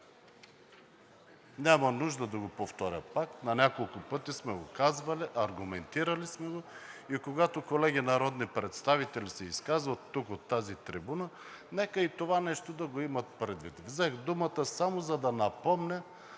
Няма нужда да го повторя пак, на няколко пъти сме го казвали, аргументирали сме го и когато колеги народни представители се изказват тук, от тази трибуна, нека и това нещо да го имат предвид. Взех думата само за да напомня,